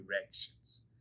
directions